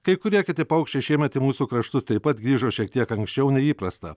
kai kurie kiti paukščiai šiemet į mūsų kraštus taip pat grįžo šiek tiek anksčiau nei įprasta